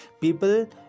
People